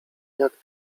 jak